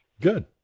Good